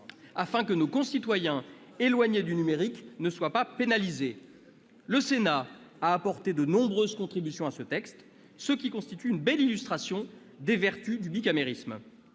afin que nos concitoyens éloignés du numérique ne soient pas pénalisés. Le Sénat a apporté de nombreuses contributions à ce texte, ce qui constitue une belle illustration des vertus du bicamérisme.